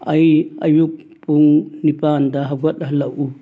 ꯑꯩ ꯑꯌꯨꯛ ꯄꯨꯡ ꯅꯤꯄꯥꯟꯗ ꯍꯧꯒꯠꯍꯜꯂꯛꯎ